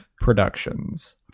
productions